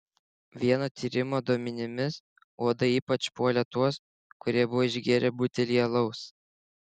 vieno tyrimo duomenimis uodai ypač puolė tuos kurie buvo išgėrę butelį alaus